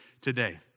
today